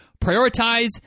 prioritize